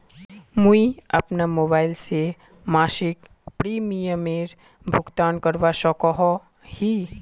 मुई अपना मोबाईल से मासिक प्रीमियमेर भुगतान करवा सकोहो ही?